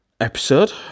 episode